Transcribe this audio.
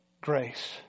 grace